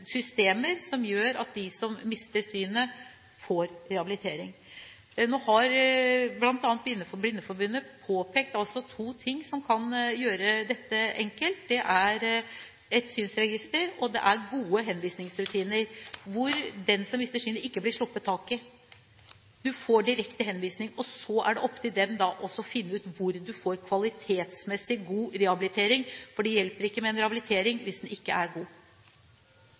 systemer som gjør at de som mister synet, får rehabilitering. Nå har bl.a. Blindeforbundet påpekt to ting som kan gjøre dette enkelt: Det er et synsregister, og det er gode henvisningsrutiner, hvor den som mister synet, ikke blir sluppet tak i. Du får direkte henvisning, og så er det opp til dem å finne ut hvor du får kvalitetsmessig god rehabilitering, for det hjelper ikke med en rehabilitering hvis den ikke er god.